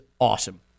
awesome